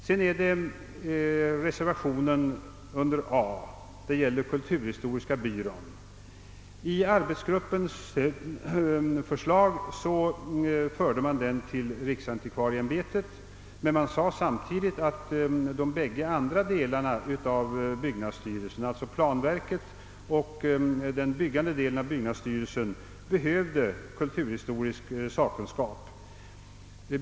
Så har vi reservationen under a, som gäller kulturhistoriska byrån. I arbetsgruppens förslag förde man den till riksantikvarieämbetet, men man sade samtidigt, att de bägge andra delarna av byggnadsstyrelsen, alltså planverket och den byggande delen av byggnadsstyrelsen, behövde kulturhistorisk sakkunskap.